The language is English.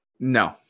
No